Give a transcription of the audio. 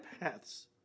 paths